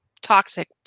toxic